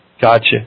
Gotcha